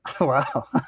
wow